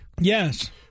Yes